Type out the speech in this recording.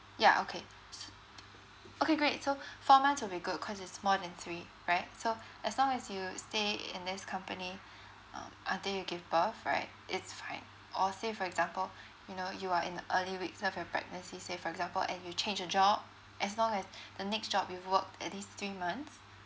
yeah okay okay great so four months will be good cause it's more than three right so as long as you stay in this company um until you give birth right it's fine or say for example you know you are in the early weeks of your pregnancy say for example and you change your job as long as the next job you've worked at least three months